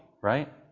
right